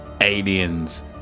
aliens